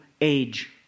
age